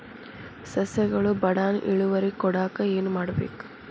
ಸಸ್ಯಗಳು ಬಡಾನ್ ಇಳುವರಿ ಕೊಡಾಕ್ ಏನು ಮಾಡ್ಬೇಕ್?